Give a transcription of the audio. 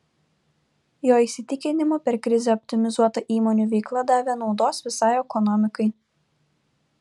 jo įsitikinimu per krizę optimizuota įmonių veikla davė naudos visai ekonomikai